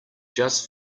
just